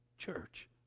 church